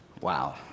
Wow